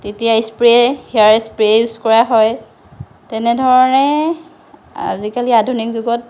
তেতিয়া spray hair sprays কৰা হয় তেনেধৰণে আজিকালি আধুনিক যুগত